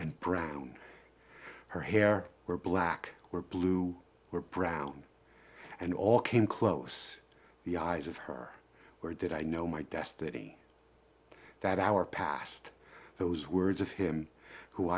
and brown her hair were black were blue were brown and all came close the eyes of her where did i know my destiny that hour passed those words of him who